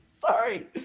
Sorry